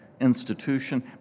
institution